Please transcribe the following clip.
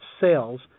sales